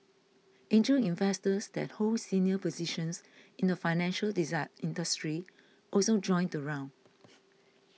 angel investors that hold senior positions in the financial industry also joined the round